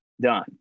done